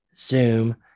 Zoom